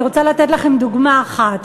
אני רוצה לתת לכם דוגמה אחת: